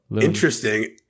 interesting